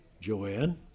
Joanne